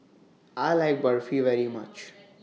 I like Barfi very much